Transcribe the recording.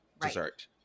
dessert